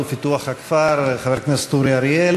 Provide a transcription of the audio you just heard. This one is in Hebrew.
הפרשה הראשונה בתורה.